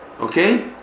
Okay